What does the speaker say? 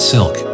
Silk